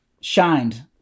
shined